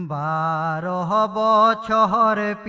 and da da da da da